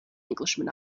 englishman